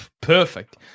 perfect